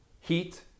Heat